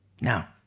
Now